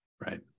Right